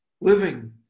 living